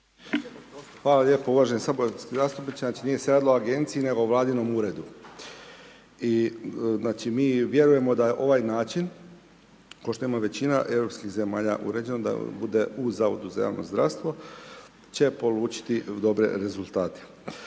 Hvala lijepo uvaženi saborski zastupniče. Znači, nije se radilo o agenciji, nego o vladinom uredu i znači, mi vjerujemo da je ovaj način, košto ima većina europskih zemalja uređeno da bude u Zavodu za javno zdravstvo će polučiti dobre rezultate.